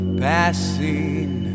passing